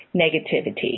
negativity